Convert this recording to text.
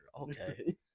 Okay